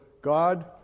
God